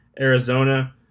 Arizona